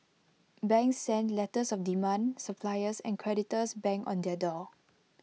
banks sent letters of demand suppliers and creditors banged on their door